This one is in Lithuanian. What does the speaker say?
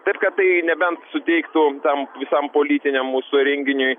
taip kad tai nebent suteiktų tam visam politiniam mūsų renginiui